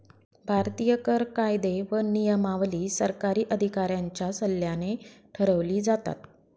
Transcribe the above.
भारतीय कर कायदे व नियमावली सरकारी अधिकाऱ्यांच्या सल्ल्याने ठरवली जातात